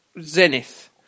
zenith